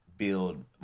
build